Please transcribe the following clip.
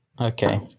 Okay